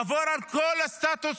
לעבור על כל הסטטוס